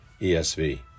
ESV